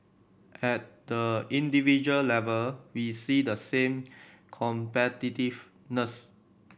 at the individual level we see the same competitiveness